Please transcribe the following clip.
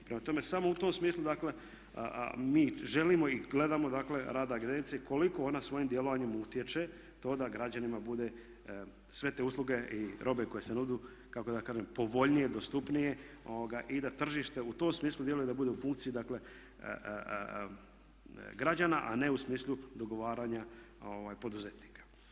Prema tome, samo u tom smislu dakle mi želimo i gledamo dakle rad agencije, koliko ona svojim djelovanjem utječe to da građanima bude sve te usluge i robe koje se nude kako da kažem povoljnije, dostupnije i da tržište u tom smislu djeluje da bude u funkciji građana, a ne u smislu dogovaranja poduzetnika.